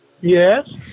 Yes